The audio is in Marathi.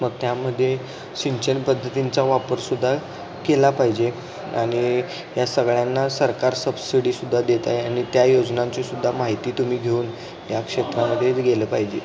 मग त्यामध्ये सिंचन पद्धतींचा वापरसुद्धा केला पाहिजे आणि या सगळ्यांना सरकार सबसिडीसुद्धा देत आहे आणि त्या योजनांचीसुद्धा माहिती तुम्ही घेऊन या क्षेत्रामध्येच गेलं पाहिजे